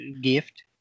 gift